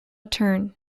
turn